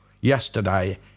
yesterday